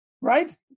Right